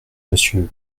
monsieur